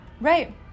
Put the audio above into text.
Right